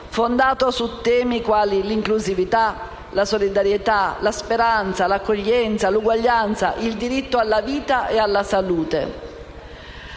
fondato su temi quali l'inclusività, la solidarietà, la speranza, l'accoglienza, l'uguaglianza, il diritto alla vita e alla salute.